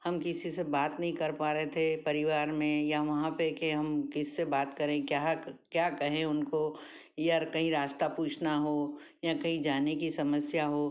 हम किसी से बात नहीं कर पा रहे थे परिवार में या वहाँ पर के हम किससे बात करें क्या क्या कहें उनको या कहीं रास्ता पूछना हो या कहीं जाने की समस्या हो